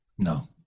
No